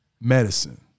medicine